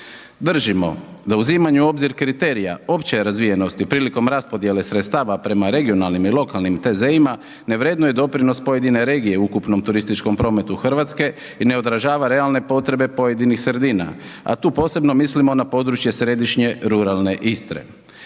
Držimo da u uzimanju obzira kriterija opće razvijenosti prilikom raspodjele sredstava prema regionalnim i lokalnim TZ-ima ne vrednuje doprinos pojedine regije u ukupnom turističkom prometu Hrvatske i ne održava realne potrebe pojedinih sredina a tu posebno mislimo na područje središnje ruralne Istre.